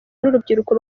n’urubyiruko